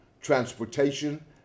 transportation